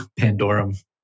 Pandorum